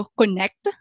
connect